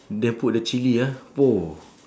then put the chili ah !wow!